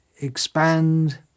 expand